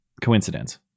coincidence